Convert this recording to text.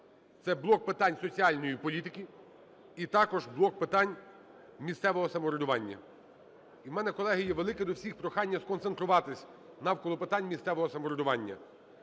це блок питань соціальної політики і також блок питань місцевого самоврядування. І в мене, колеги, є велике до всіх прохання сконцентруватись навколо питань місцевого самоврядування.